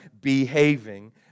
behaving